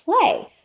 play